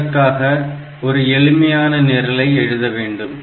இதற்காக ஒரு எளிமையான நிரலை எழுத வேண்டும்